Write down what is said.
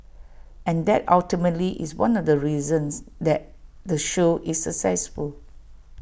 and that ultimately is one of the reasons that the show is successful